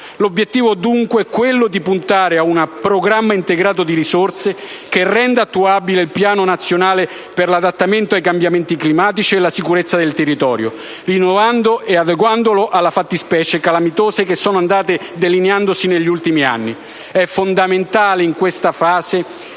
L'obiettivo è dunque quello di puntare a un programma integrato di risorse, che renda attuabile il piano nazionale per l'adattamento ai cambiamenti climatici e la sicurezza del territorio, rinnovandolo e adeguandolo alle fattispecie calamitose che sono andate delineandosi negli ultimi mesi. È fondamentale, in questa fase,